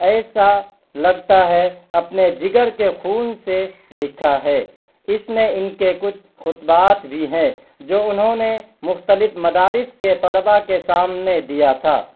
ایسا لگتا ہے اپنے جگر کے خون سے لکھا ہے اس میں ان کے کچھ خطبات بھی ہیں جو انہوں نے مختلف مدارس کے طلبا کے سامنے دیا تھا